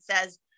says